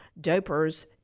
dopers